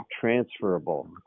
transferable